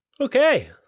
Okay